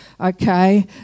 Okay